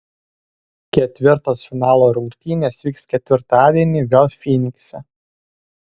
ketvirtos finalo rungtynės vyks ketvirtadienį vėl fynikse